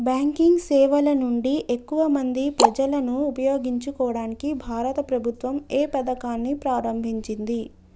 Banking సేవల నుండి ఎక్కువ మంది ప్రజలను ఉపయోగించుకోవడానికి భారత ప్రభుత్వం ఏ పథకాన్ని ప్రారంభించింది?